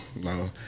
no